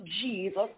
Jesus